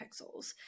pixels